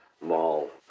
mall